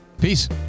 Peace